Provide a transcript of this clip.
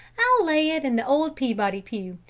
i'll lay it in the old peabody pew,